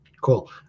cool